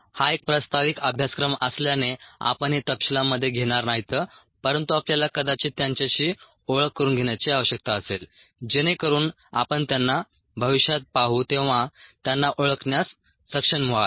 हा एक प्रास्ताविक अभ्यासक्रम असल्याने आपण हे तपशीलांमध्ये घेणार नाहीत परंतु आपल्याला कदाचित त्यांच्याशी ओळख करून घेण्याची आवश्यकता असेल जेणेकरून आपण त्यांना भविष्यात पाहू तेव्हा त्यांना ओळखण्यास सक्षम व्हाल